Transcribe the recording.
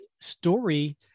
story